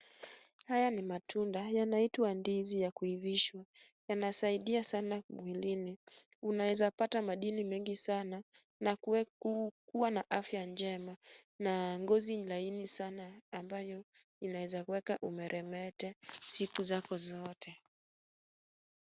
Haya ni matunda, yanaitwa ndizi ya kuivishwa. Yanasaidia sana mwilini. Unaeza pata madini mengi sana na kukuwa na afya njema na ngozi laini sana ambayo inaweza weka umeremete siku zako zote.